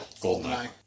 GoldenEye